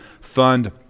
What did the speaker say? fund